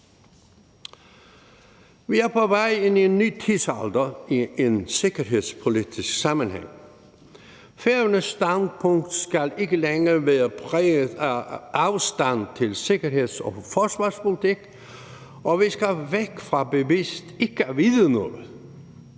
Vi er på vej ind i en ny tidsalder i en sikkerhedspolitisk sammenhæng. Færøernes standpunkt skal ikke længere være præget af afstand til sikkerheds- og forsvarspolitik, og vi skal væk fra bevidst ikke at vide noget.